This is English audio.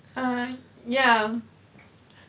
ah ya